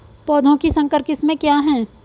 पौधों की संकर किस्में क्या हैं?